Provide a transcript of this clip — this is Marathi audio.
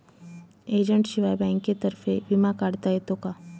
एजंटशिवाय बँकेतर्फे विमा काढता येतो का?